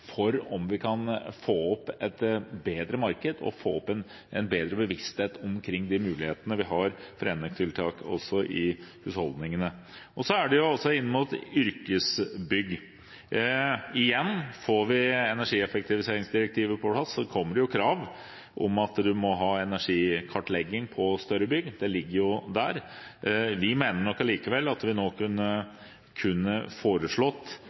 få opp et bedre marked og en bedre bevissthet omkring de mulighetene vi har for enøktiltak også i husholdningene. Når det gjelder yrkesbygg: Igjen – får vi energieffektiviseringsdirektivet på plass, kommer det krav om at en må ha en energikartlegging på større bygg. Det ligger jo der. Vi mener likevel at en kunne foreslått